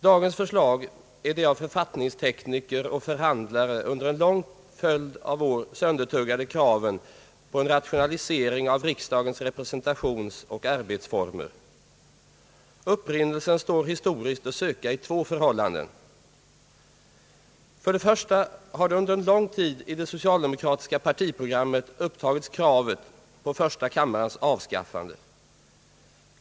Dagens förslag utgör de av författningstekniker och förhandlare under en lång följd av år söndertuggade kraven på en rationalisering av riksdagens representationsoch arbetsformer. Upprinnelsen står historiskt att söka i två förhållanden. För det första har i det socialdemokratiska partiprogrammet under en lång tid upptagits krav på första kammarens avskaffande.